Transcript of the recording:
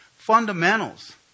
Fundamentals